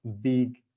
big